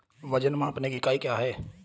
वजन मापने की इकाई क्या है?